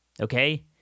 okay